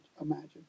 imagine